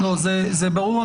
זה ברור.